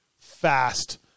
fast